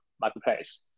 marketplace